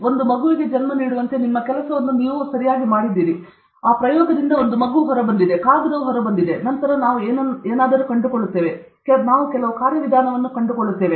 ಒಂದು ಮಗುವಿಗೆ ಜನ್ಮ ನೀಡುವಂತೆ ನಿಮ್ಮ ಪಾದವನ್ನು ನೀವು ಮಾಡಿದ್ದೀರಿ ಮತ್ತು ಆ ಮಗು ಹೊರಬಂದಿದೆ ಕಾಗದವು ಹೊರಬಂದಿದೆ ನಂತರ ನಾವು ಏನಾದರೂ ಕಂಡುಕೊಳ್ಳುತ್ತೇವೆ ನಾವು ಕೆಲವು ಕಾರ್ಯವಿಧಾನವನ್ನು ಕಂಡುಕೊಳ್ಳುತ್ತೇವೆ